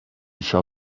shall